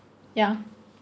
ya